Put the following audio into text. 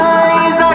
eyes